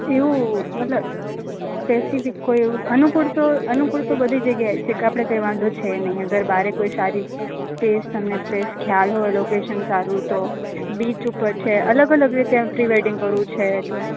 એવું મતલબ સ્પેસિફિક કોઈ એવું અનુકૂળ તો અનુકૂળ તો બધી જગ્યાએ છે કે આપણે કંઈ વાંધો છે નહીં અગર બહારે કોઈ સારી પ્લેસ તમને કોઈ પ્લેસ ખ્યાલ હોય લોકેશન સારું તો બીચ ઉપર છે અલગ અલગ રીતે પ્રી વેડિંગ કરવું છે તો